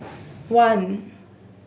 one